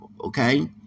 Okay